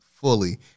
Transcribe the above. fully